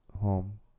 home